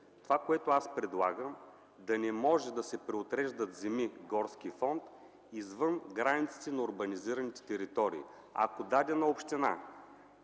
Това, което аз предлагам, е да не може да се преотреждат земи-горски фонд извън границите на урбанизираните територии. Ако дадена община